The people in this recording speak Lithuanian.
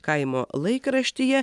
kaimo laikraštyje